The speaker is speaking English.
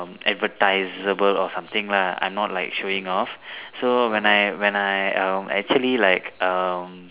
advertiseable or something lah I'm not like showing off so when I when I um actually like um